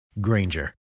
Granger